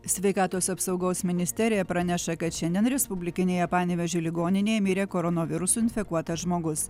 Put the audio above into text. sveikatos apsaugos ministerija praneša kad šiandien respublikinėje panevėžio ligoninėje mirė koronavirusu infekuotas žmogus